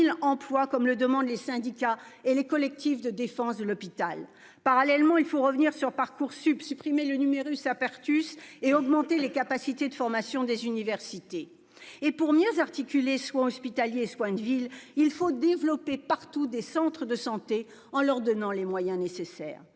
emplois comme le demandent les syndicats et les collectifs de défense de l'hôpital. Parallèlement, il faut revenir sur Parcoursup, supprimer le numerus apertus et augmenter les capacités de formation des universités et pour mieux articuler soins hospitaliers et soins de ville, il faut développer partout des centres de santé en leur donnant les moyens nécessaires.